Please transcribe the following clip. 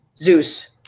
Zeus